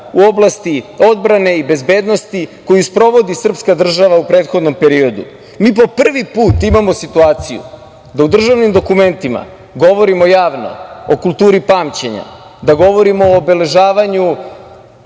u oblasti odbrane i bezbednosti koju sprovodi srpska država u prethodnom periodu. Mi po prvi put imamo situaciju da u državnim dokumentima o kulturi pamćenja, da govorimo o obeležavanju